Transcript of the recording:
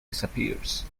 disappears